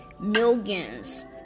Millions